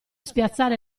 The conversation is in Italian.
spiazzale